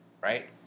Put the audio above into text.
Right